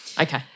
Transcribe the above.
Okay